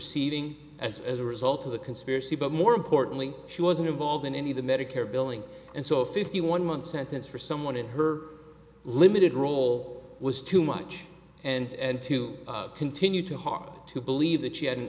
seeding as as a result of a conspiracy but more importantly she wasn't involved in any of the medicare billing and so fifty one month sentence for someone in her limited role was too much and to continue to hard to believe that she had an